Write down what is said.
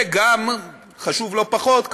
וחשוב לא פחות,